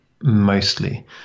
mostly